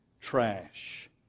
trash